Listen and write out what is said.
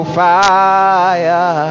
fire